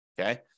okay